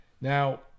Now